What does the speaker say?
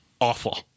awful